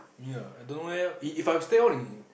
ya I don't know leh if if I will stay on in